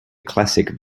classic